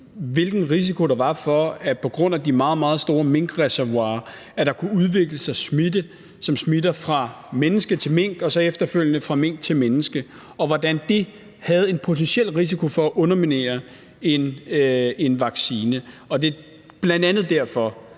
hvilken risiko der var for, at der på grund af de meget, meget store minkreservoirer kunne udvikle sig smitte, som smitter fra menneske til mink og så efterfølgende fra mink til menneske, dels om, hvordan det havde en potentiel risiko for at underminere en vaccine. Og det er bl.a. derfor,